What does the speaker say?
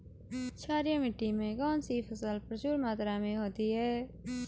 क्षारीय मिट्टी में कौन सी फसल प्रचुर मात्रा में होती है?